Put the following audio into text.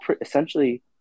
essentially